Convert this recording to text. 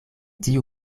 tiu